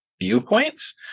Viewpoints